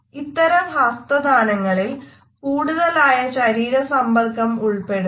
ഇത്തരം ഹസ്തദാനങ്ങളിൽ കൂടുതലായ ശരീരസമ്പർക്കം ഉൾപ്പെടുന്നു